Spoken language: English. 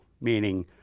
meaning